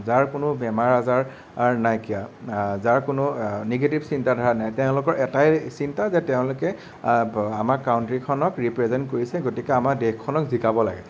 যাৰ কোনো বেমাৰ আজাৰ নাইকীয়া যাৰ কোনো নিগেটিভ চিন্তা ধাৰা নাই তেওঁলোকৰ এটাই চিন্তা যে তেওঁলোকে আমাক কাউন্ত্ৰীখনক ৰিপ্ৰেজেন্ট কৰিছে গতিকে আমাৰ দেশখনক জিকাব লাগে